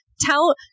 tell